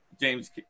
james